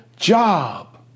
job